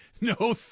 no